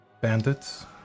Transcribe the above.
Bandits